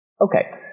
Okay